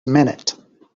minute